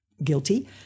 guilty